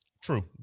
True